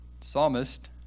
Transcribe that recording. Psalmist